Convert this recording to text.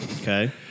Okay